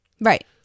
Right